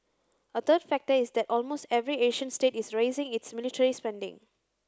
a third factor is that almost every Asian state is raising its military spending